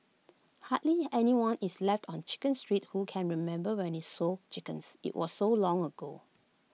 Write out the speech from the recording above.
hardly anyone is left on chicken street who can remember when IT sold chickens IT was so long ago